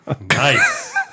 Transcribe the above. nice